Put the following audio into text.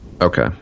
Okay